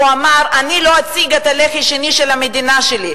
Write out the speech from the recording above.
והוא אמר: אני לא אציג את הלחי השנייה של המדינה שלי.